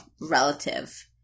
relative